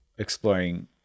Exploring